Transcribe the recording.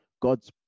God's